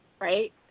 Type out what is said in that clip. right